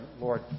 Lord